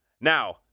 Now